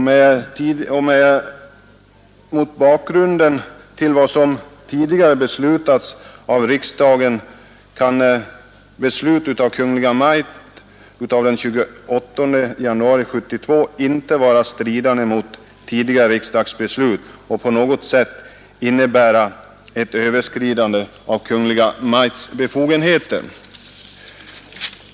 Men mot bakgrunden av vad som tidigare beslutats av riksdagen kan beslutet av Kungl. Maj:t den 28 januari 1972 inte på något sätt innebära ett överskridande av Kungl. Maj:ts befogenheter.